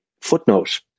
footnote